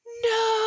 no